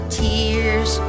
tears